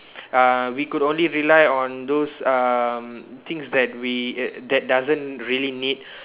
uh we could only rely on those um things that we that doesn't really need